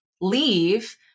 leave